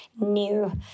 New